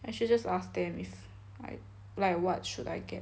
I should just ask them if like like what should I get